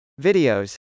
Videos